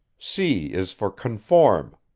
c is for conform,